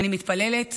אני מתפללת